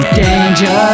danger